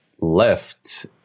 left